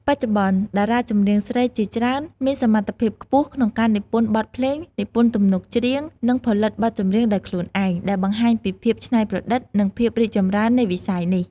បច្ចុប្បន្ន តារាចម្រៀងស្រីជាច្រើនមានសមត្ថភាពខ្ពស់ក្នុងការនិពន្ធបទភ្លេង និពន្ធទំនុកច្រៀង និងផលិតបទចម្រៀងដោយខ្លួនឯង ដែលបង្ហាញពីភាពច្នៃប្រឌិត និងភាពរីកចម្រើននៃវិស័យនេះ។